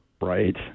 Right